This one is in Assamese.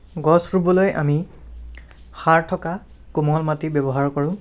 গছ ৰুবলৈ আমি সাৰ থকা কোমল মাটি ব্য়ৱহাৰ কৰোঁ